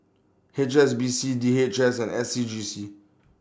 H S B C D H S and S C G C